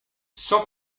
sans